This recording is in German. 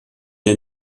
der